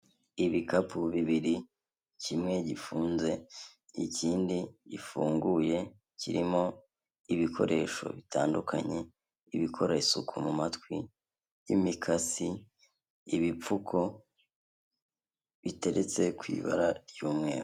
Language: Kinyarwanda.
Ibikapu bibiri, kimwe gifunze, ikindi gifunguye, kirimo ibikoresho bitandukanye, ibikora isuku mu matwi, imikasi, ibipfuko biteretse ku ibara ry'umweru.